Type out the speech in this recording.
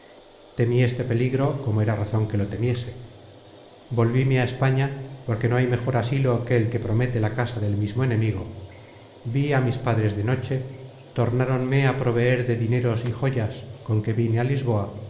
temi este peligro como era razon que lo temiese volvíme á españa porque no hay mejor asilo que el que promete la casa del mismo enemigo vi á mis padres de noche tornáronme á proveer de dineros y joyas con que vine a lisboa